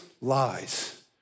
lies